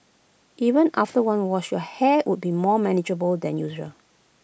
even after one wash your hair would be more manageable than usual